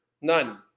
None